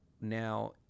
now